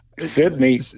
Sydney